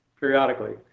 periodically